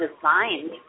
designed